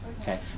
Okay